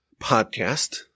podcast